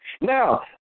Now